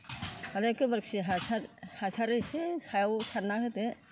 आरो गोबोरखि हासार हासार एसे सायाव सारना होदो